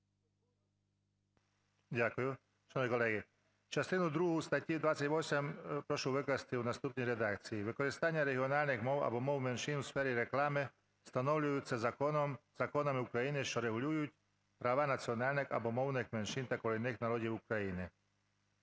Дякую. Шановні колеги, частину другу статті 28 прошу викласти у наступній редакції: "Використання регіональних мов або мов меншин у сфері реклами встановлюється законом (законами) України, що регулюють права національних або мовних меншин та корінних народів України".